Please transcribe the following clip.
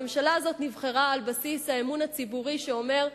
הממשלה הזאת נבחרה על בסיס האמון הציבורי שאומר,